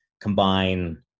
combine